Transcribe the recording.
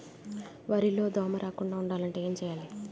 వరిలో దోమ రాకుండ ఉండాలంటే ఏంటి చేయాలి?